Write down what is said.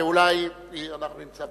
ואולי אנחנו נמצא פתרון.